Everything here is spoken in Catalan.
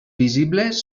visibles